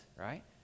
right